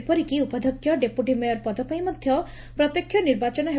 ଏପରିକି ଉପାଧ୍ଯକ୍ଷ deputy mayor ପଦ ପାଇଁ ମଧ୍ଯ ପ୍ରତ୍ୟକ୍ଷ ନିର୍ବାଚନ ହେବ